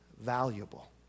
valuable